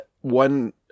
one